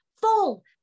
full